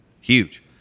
Huge